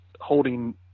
holding